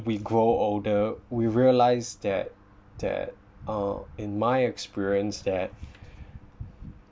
we grow older we realize that that uh in my experience that